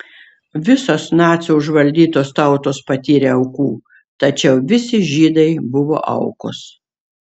visos nacių užvaldytos tautos patyrė aukų tačiau visi žydai buvo aukos